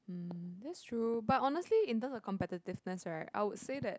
mm that's true but honestly in terms of competitiveness right I would say that